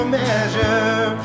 measure